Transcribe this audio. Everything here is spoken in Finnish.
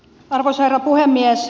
arvoisa herra puhemies